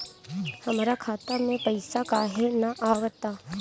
हमरा खाता में पइसा काहे ना आव ता?